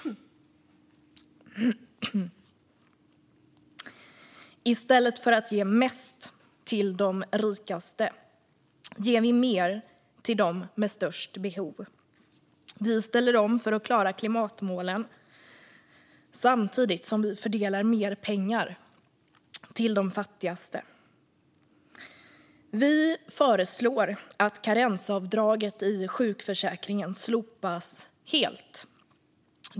I stället för att ge mest till de rikaste ger vi mer till dem med störst behov. Miljöpartiet ställer om för att klara klimatmålen samtidigt som vi fördelar mer pengar till de fattigaste. Vi föreslår att karensavdraget i sjukförsäkringen slopas helt.